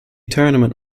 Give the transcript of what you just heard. tournament